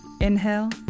inhale